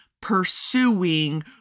pursuing